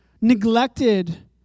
neglected